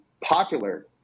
popular